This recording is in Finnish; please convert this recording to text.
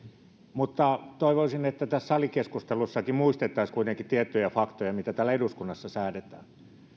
toivoisin että tässä salikeskustelussakin muistettaisiin kuitenkin tietyt faktat siitä mitä täällä eduskunnassa säädetään